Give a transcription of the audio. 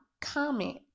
comment